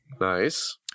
Nice